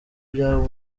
byaba